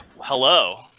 Hello